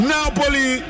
Napoli